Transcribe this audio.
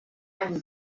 and